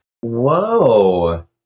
Whoa